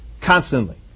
constantly